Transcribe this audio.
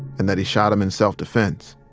and that he shot him in self-defense.